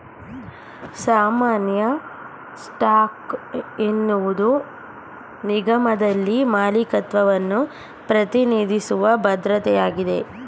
ಸಾಮಾನ್ಯ ಸ್ಟಾಕ್ ಎನ್ನುವುದು ನಿಗಮದಲ್ಲಿ ಮಾಲೀಕತ್ವವನ್ನ ಪ್ರತಿನಿಧಿಸುವ ಭದ್ರತೆಯಾಗಿದೆ